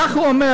כך הוא אומר.